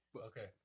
Okay